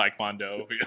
taekwondo